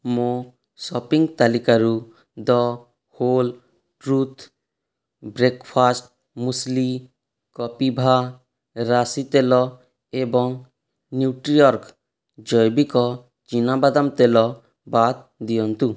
ମୋ ସପିଂ ତାଲିକାରୁ the whole truth breakfast muesli Kapiva ରାଶି ତେଲ ଏବଂ ନ୍ୟୁଟ୍ରିଅର୍ଗ ଜୈବିକ ଚିନାବାଦାମ ତେଲ ବାଦ ଦିଅନ୍ତୁ